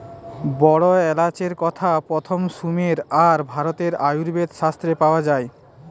বড় এলাচের কথা প্রথম সুমের আর ভারতের আয়ুর্বেদ শাস্ত্রে পাওয়া যায়